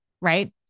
right